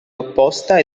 opposta